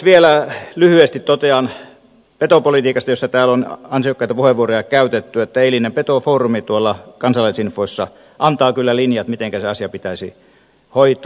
vielä lyhyesti totean petopolitiikasta josta täällä on ansiokkaita puheenvuoroja käytetty että eilinen petofoorumi tuolla kansalaisinfossa antaa kyllä linjat mitenkä se asia pitäisi hoitaa